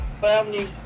Family